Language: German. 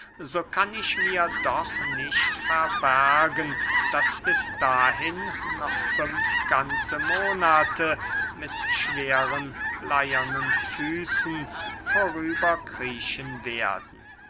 so kann ich mir doch nicht verbergen daß bis dahin noch fünf ganze monate mit schweren bleyernen füßen vorüber kriechen werden